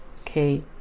Okay